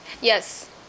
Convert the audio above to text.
Yes